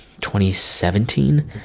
2017